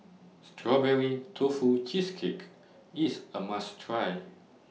Strawberry Tofu Cheesecake IS A must Try